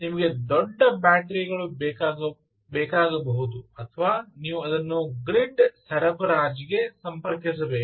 ನಿಮಗೆ ದೊಡ್ಡ ಬ್ಯಾಟರಿಗಳು ಬೇಕಾಗಬೇಕು ಅಥವಾ ನೀವು ಅದನ್ನು ಗ್ರಿಡ್ ಸರಬರಾಜಿಗೆ ಸಂಪರ್ಕಿಸಬೇಕು